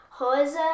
Rosa